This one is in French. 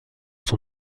son